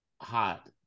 hot